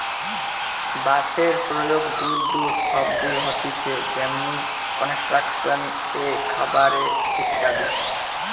বাঁশের প্রয়োগ দূর দূর অব্দি হতিছে যেমনি কনস্ট্রাকশন এ, খাবার এ ইত্যাদি